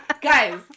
Guys